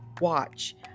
watch